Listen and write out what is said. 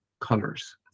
colors